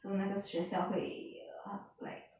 so 那个学校会 uh like